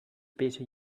better